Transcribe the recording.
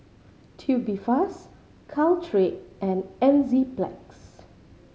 Tubifast Caltrate and Enzyplex